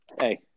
Hey